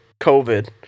COVID